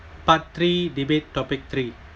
part three debate topic three